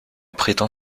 prétend